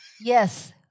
yes